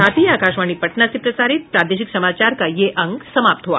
इसके साथ ही आकाशवाणी पटना से प्रसारित प्रादेशिक समाचार का ये अंक समाप्त हुआ